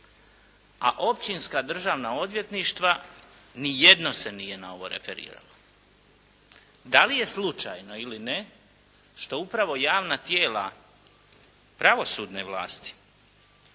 a općinska državna odvjetništva ni jedno se nije na ovo referiralo. Da li je slučajno ili ne što upravo javna tijela pravosudne vlasti